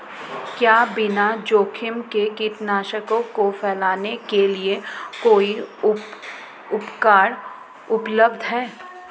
क्या बिना जोखिम के कीटनाशकों को फैलाने के लिए कोई उपकरण उपलब्ध है?